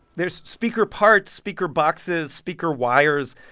there's speaker parts, speaker boxes, speaker wires.